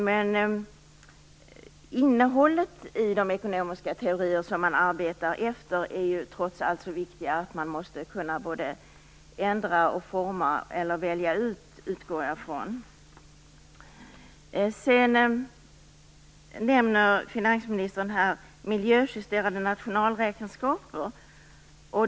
Men innehållet i de ekonomiska teorier som man arbetar efter är trots allt så viktiga att man måste kunna både ändra och välja ut, utgår jag från. Finansministern nämner miljöjusterande nationalräkenskaper.